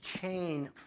chain